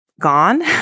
gone